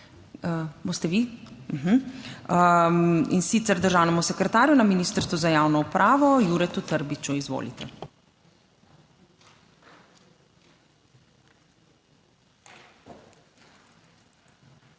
boste vi, in sicer državnemu sekretarju na Ministrstvu za javno upravo, Juretu Trbiču. Izvolite.